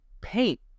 Paint